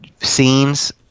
Scenes